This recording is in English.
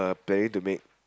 planning to make